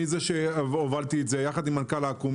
ואני זה שהובלתי אותו יחד עם מנכ"ל אקו"ם.